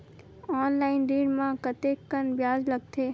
Online ऋण म कतेकन ब्याज लगथे?